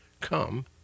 come